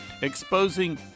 exposing